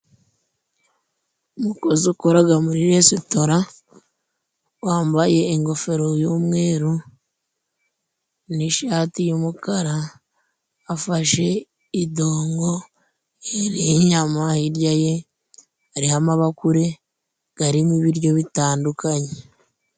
Umukozi ukora muri resitora wambaye ingofero y'umweru n'ishati y'umukara. Afashe idongo iriho inyama, hirya ye hariho amabakure arimo ibiryo bitandukanye.